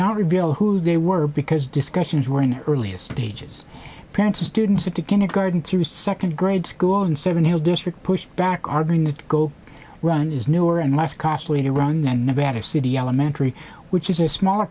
not reveal who they were because discussions were in the earliest stages parents of students had to kindergarten through second grade school and seven whole district pushed back are going to go run is newer and less costly to run than nevada city elementary which is a smaller